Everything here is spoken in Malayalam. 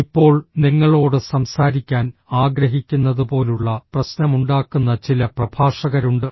ഇപ്പോൾ നിങ്ങളോട് സംസാരിക്കാൻ ആഗ്രഹിക്കുന്നതുപോലുള്ള പ്രശ്നമുണ്ടാക്കുന്ന ചില പ്രഭാഷകരുണ്ട്